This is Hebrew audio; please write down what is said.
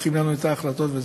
דוחים לנו את ההחלטות וזהו.